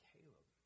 Caleb